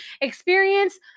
experience